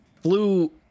flew